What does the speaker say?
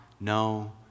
no